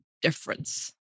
difference